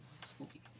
spooky